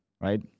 right